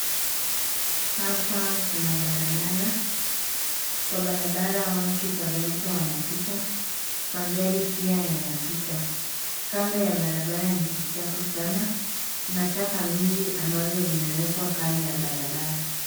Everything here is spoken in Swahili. Hapa kuna barabara. Kwa barabara watu kadhalika wanapita. Magari pia yanapita. Kando ya barabara ni kuchafu sana. Kuna taka mingi ambazo zimewekwa kando ya barabara.